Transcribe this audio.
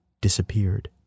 disappeared